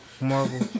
Marvel